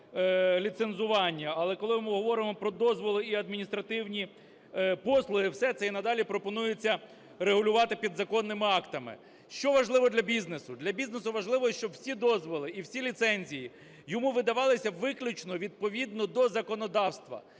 Але, коли ми говоримо про дозволи і адміністративні послуги, все це і надалі пропонується регулювати підзаконними актами. Що важливо для бізнесу? Для бізнесу важливо, щоб всі дозволи і всі ліцензії йому видавалися виключно відповідно до законодавства,